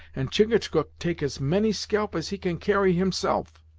and chingachgook take as many scalp as he can carry, himself.